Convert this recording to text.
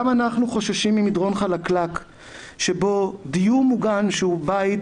גם אנחנו חוששים ממדרון חלקלק שבו דיור מוגן שהוא בית